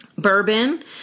Bourbon